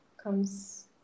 comes